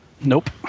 Nope